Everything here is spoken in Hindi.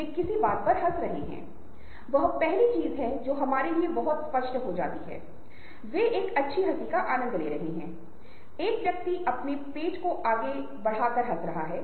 और किसी के पास जो अच्छी तरह से जुड़ा हुआ है वह संभवतः अधिक आसानी से अधिक चीजें करने में सक्षम है